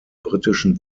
britischen